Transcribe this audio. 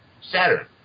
Saturn